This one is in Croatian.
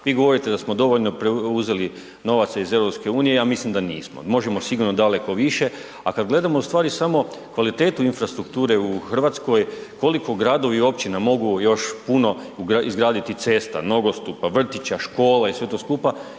Vi govorite da smo dovoljno uzeli novaca iz EU, ja mislim da nismo. Možemo sigurno daleko više, a kad gledamo u stvari samo kvalitetu infrastrukture u Hrvatskoj, koliko gradovi i općina mogu još puno izgraditi cesta, nogostupa, vrtića, škola i sve to skupa